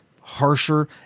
harsher